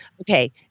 Okay